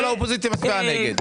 כל האופוזיציה מצביעה נגד.